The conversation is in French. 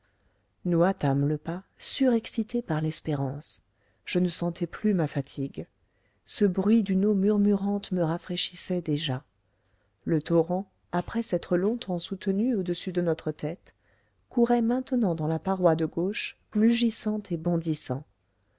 nous hâtâmes le pas surexcités par l'espérance je ne sentais plus ma fatigue ce bruit d'une eau murmurante me rafraîchissait déjà le torrent après s'être longtemps soutenu au-dessus de notre tête courait maintenant dans la paroi de gauche mugissant et bondissant